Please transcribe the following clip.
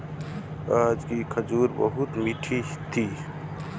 आज की खजूर बहुत मीठी थी